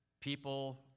people